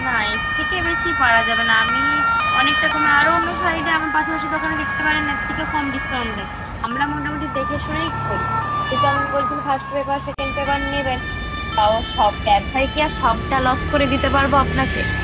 না এর থেকে বেশি পারা যাবে না আমি অনেকটা কমে আরও অন্য সাইডে আমার পাশাপাশি দোকানে দেখতে পারেন এর থেকেও কম ডিসকাউন্ট দেয় আমরা মোটামুটি দেখেশুনেই করি যেহেতু আপনি বলছেন ফার্স্ট পেপার সেকেন্ড পেপার নেবেন তাও সব ব্যবসায় কি আর সবটা লস করে দিতে পারব আপনাকে